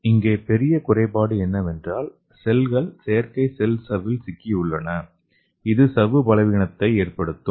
இங்கே பெரிய குறைபாடு என்னவென்றால் செல்கள் செயற்கை செல் சவ்வில் சிக்கியுள்ளன இது சவ்வு பலவீனத்தை ஏற்படுத்துகிறது